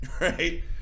right